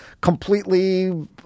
completely